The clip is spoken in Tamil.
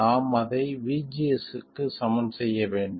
நாம் அதை vgs க்கு சமன் செய்ய வேண்டும்